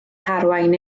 harwain